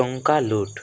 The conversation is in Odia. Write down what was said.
ଟଙ୍କା ଲୁଟ୍